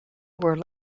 were